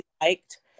liked